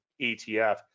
etf